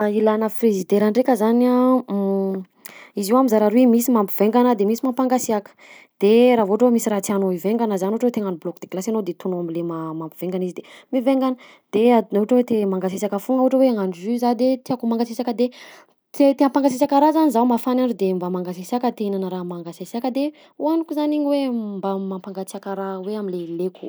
Ilana frizidera ndraika zany a: izy io a mizara roy, misy mampivaigna de misy mampangasiaka, de raha vao ohatra hoe misy raha tianao hivaingana zany ohatra hoe te hagnano bloc de glace anao de ataonao am'le ma- mampivaingana izy de mivaingana, de a- na ohatra hoe te mangasiasiaka foagna ohatra hoe hagnano jus za de tiako mangasiasiaka de te tia hampangasiasiaka raha zany zaho, mafana i andro de mba mangasiasiaka te hihinana raha mangasiasiaka de hohaniko zany igny hoe mba mampangatsiaka raha hoe am'le ilaiko.